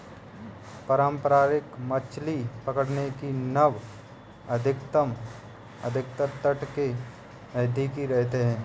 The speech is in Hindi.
पारंपरिक मछली पकड़ने की नाव अधिकतर तट के नजदीक रहते हैं